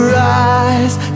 rise